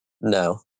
No